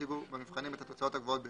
שהשיגו במבחנים את התוצאות הגבוהות ביותר,